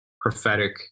prophetic